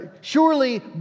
surely